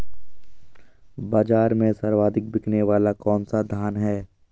बाज़ार में सर्वाधिक बिकने वाला कौनसा धान है?